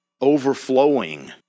overflowing